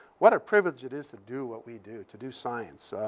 what a privilege it is to do what we do, to do science.